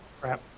crap